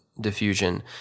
diffusion